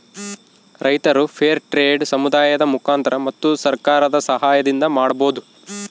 ರೈತರು fair trade ಸಮುದಾಯದ ಮುಖಾಂತರ ಮತ್ತು ಸರ್ಕಾರದ ಸಾಹಯದಿಂದ ಮಾಡ್ಬೋದು